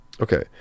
Okay